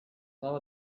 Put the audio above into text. now